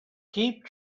keep